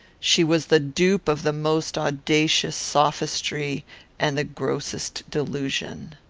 she was the dupe of the most audacious sophistry and the grossest delusion.